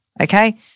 Okay